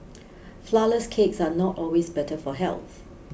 flourless cakes are not always better for health